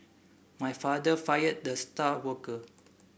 my father fired the star worker